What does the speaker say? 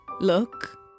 look